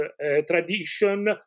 tradition